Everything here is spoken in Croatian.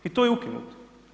I to je ukinuto.